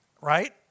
right